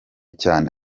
cyane